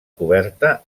coberta